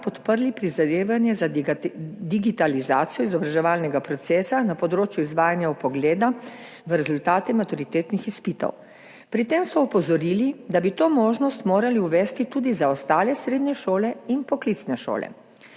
podprli prizadevanje za digitalizacijo izobraževalnega procesa na področju izvajanja vpogleda v rezultate maturitetnih izpitov. Pri tem so opozorili, da bi to možnost morali uvesti tudi za ostale srednje šole in poklicne šole.